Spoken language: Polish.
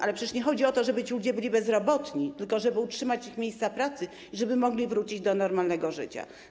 Ale przecież nie chodzi o to, żeby ci ludzie byli bezrobotni, tylko żeby utrzymać ich miejsca pracy i żeby mogli wrócić do normalnego życia.